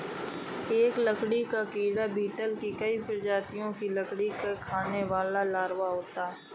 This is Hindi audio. एक लकड़ी का कीड़ा बीटल की कई प्रजातियों का लकड़ी खाने वाला लार्वा है